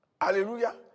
Hallelujah